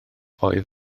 oedd